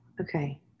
okay